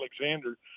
Alexander